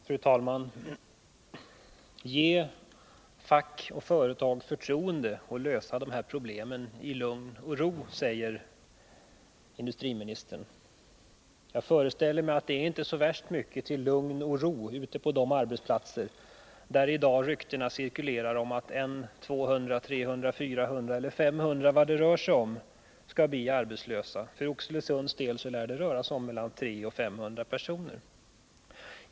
Fru talman! Ge fack och företag förtroendet att lösa dessa problem i lugn och ro, säger industriministern. Jag föreställer mig att det inte är så värst mycket av lugn och ro ute på de arbétsplatser där i dag ryktena cirkulerar om att 200, 300, 400, 500 människor eller hur många det nu rör sig om skall bli arbetslösa. För Oxelösunds del lär det röra sig om mellan 300 och 500 personer.